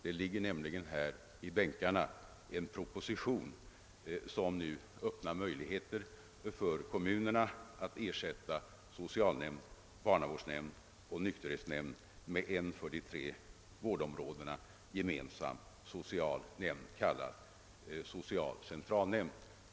Här har nämligen i bänkarna delats ut en proposition som öppnar möjligheter för kommunerna att ersätta socialnämnd, barnavårdsnämnd och nykterhetsnämnd med en för de tre vårdområdena gemensam socialnämnd, kallad social centralnämnd.